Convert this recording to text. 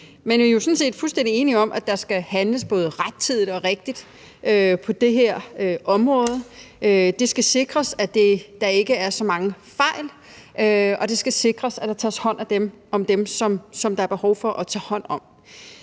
enige i, at der skal handles både rettidigt og rigtigt på det her område. Det skal sikres, at der ikke er så mange fejl, og det skal sikres, at der tages hånd om dem, der er behov for at tage hånd om.